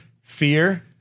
Fear